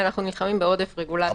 אנחנו נלחמים בעודף רגולציה.